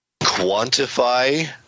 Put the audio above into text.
quantify